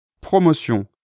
Promotion